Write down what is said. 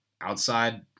outside